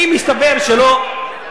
תגידו, אם מסתבר שלא,